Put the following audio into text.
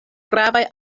gravaj